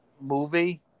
movie